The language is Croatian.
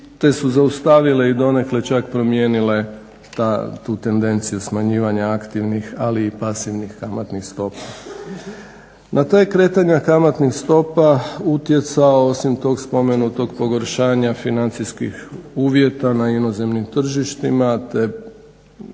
te su zaustavile i donekle čak promijenile ta, tu tendenciju smanjivanja aktivnih, ali i pasivnih kamatnih stopa. Na ta je kretanja kamatnih stopa utjecao, osim tog spomenutog pogoršanja financijskih uvjeta na inozemnim tržištima, te